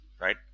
right